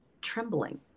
trembling